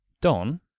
Don